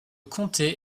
comté